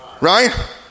Right